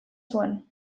zuen